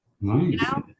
Nice